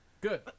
Good